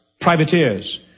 privateers